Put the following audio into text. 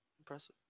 Impressive